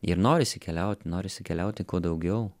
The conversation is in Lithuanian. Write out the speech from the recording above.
ir norisi keliaut norisi keliauti kuo daugiau